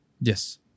yes